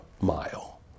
mile